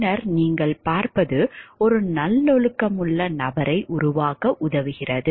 பின்னர் நீங்கள் பார்ப்பது ஒரு நல்லொழுக்கமுள்ள நபரை உருவாக்க உதவுகிறது